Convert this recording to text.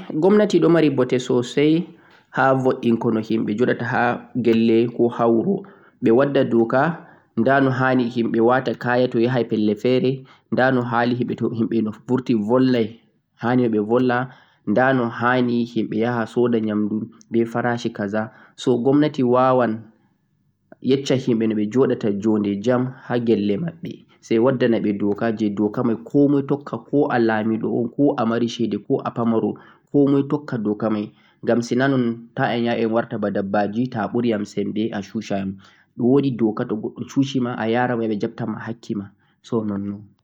Gomnati ɗon mari bote sosai haa vod'enko tarbiya himɓe koh numo mabɓe. Gomnati wata doka no hanii himɓe wata kare, no hanii avulwa be no haanii un soora koh un sooda humde ha luumo. Gomnati wata doka je komai dole tukka.